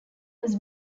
was